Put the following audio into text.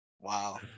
Wow